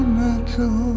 metal